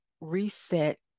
reset